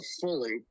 fully